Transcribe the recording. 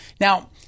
now